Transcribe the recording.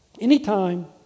anytime